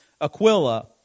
Aquila